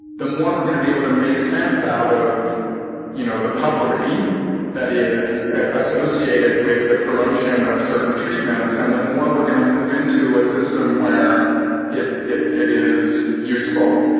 the more we're gonna be able to make sense out of you know the puffery that is associated with the promotion of certain treatments, and the more we're gonna move into a system where it it is useful.